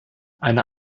eine